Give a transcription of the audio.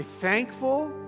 thankful